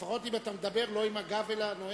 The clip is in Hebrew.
לפחות, אם אתה מדבר, לא עם הגב אל הנואמת.